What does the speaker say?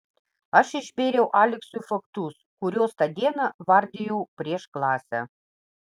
aš išbėriau aleksui faktus kuriuos tą dieną vardijau prieš klasę